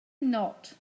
not